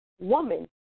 woman